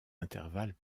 intervalles